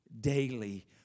daily